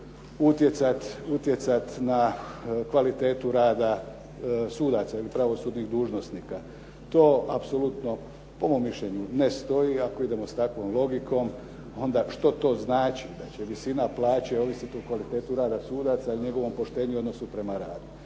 utjecati na kvalitetu rada sudaca ili pravosudnih dužnosnika. To apsolutno po mom mišljenju ne stoji. Ako idemo s takvom logikom, onda što to znači da će visina plaće ovisiti o kvalitetu rada sudaca ili njegovom poštenju i odnosu prema radu.